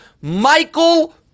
Michael